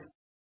professor